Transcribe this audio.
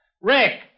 Rick